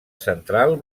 central